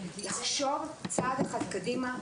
לחשוב צעד אחד קדימה,